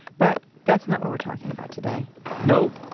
but that's not what we're talking about today nope.